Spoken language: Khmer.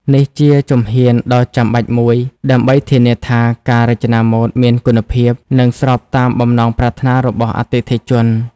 នេះជាជំហានដ៏ចាំបាច់មួយដើម្បីធានាថាការរចនាម៉ូដមានគុណភាព និងស្របតាមបំណងប្រាថ្នារបស់អតិថិជន។